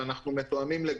עכשיו,